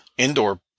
indoor